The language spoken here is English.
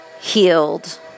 healed